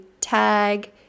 tag